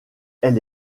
elle